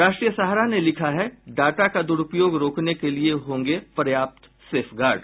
राष्ट्रीय सहारा ने लिखा है डाटा का दुरूपयोग रोकने के लिए होंगे पर्याप्त सेफगार्ड